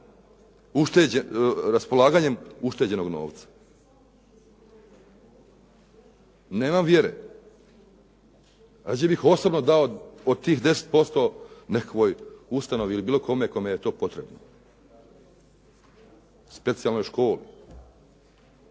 ušteđenog novca. Nemam vjere, radije bih osobno dao od tih 10% nekakvoj ustanovi ili bilo kome je to potrebno, specijalnoj školi.